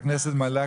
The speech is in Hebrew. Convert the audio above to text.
חברת הכנסת מלקו,